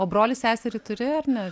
o brolį seserį turi ar ne